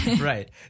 right